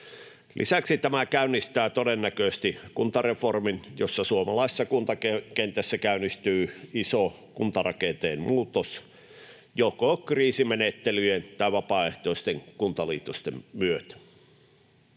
Lisäksi tämä käynnistää todennäköisesti kuntareformin, jossa suomalaisessa kuntakentässä käynnistyy iso kuntarakenteen muutos joko kriisimenettelyjen tai vapaaehtoisten kuntaliitosten myötä.